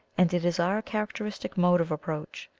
and it is our characteristic mode of approach.